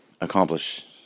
accomplish